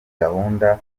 gahunda